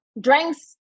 drinks